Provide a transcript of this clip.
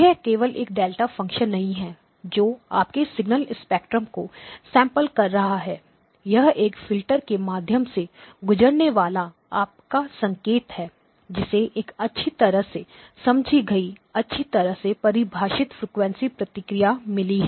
यह केवल एक डेल्टा फ़ंक्शन नहीं है जो आपके सिग्नल स्पेक्ट्रम को सैंपल कर रहा है यह एक फिल्टर के माध्यम से गुजरने वाला आपका संकेत है जिसे एक अच्छी तरह से समझी गई अच्छी तरह से परिभाषित फ्रीक्वेंसी प्रतिक्रिया मिली है